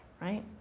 right